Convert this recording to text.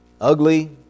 ugly